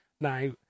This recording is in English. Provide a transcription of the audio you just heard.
Now